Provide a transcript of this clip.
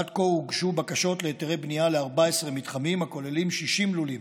עד כה הוגשו בקשות להיתרי בנייה ל-14 מתחמים הכוללים 60 לולים.